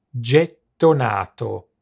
Gettonato